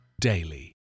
daily